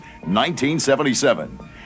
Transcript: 1977